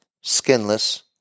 skinless